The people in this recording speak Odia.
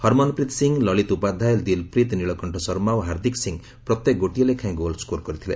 ହର୍ମନ୍ପ୍ରୀତ୍ ସିଂ ଲଳିତ ଉପାଧ୍ୟାୟ ଦିଲ୍ପ୍ରୀତ୍ ନୀଳକଣ୍ଣ ଶର୍ମା ଓ ହାର୍ଦିକ୍ ସିଂ ପ୍ରତ୍ୟେକ ଗୋଟିଏ ଲେଖାଏଁ ଗୋଲ୍ ସ୍କୋର୍ କରିଥିଲେ